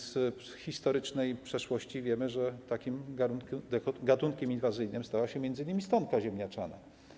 Z historycznej przeszłości wiemy, że takim gatunkiem inwazyjnym stała się m.in. stonka ziemniaczana.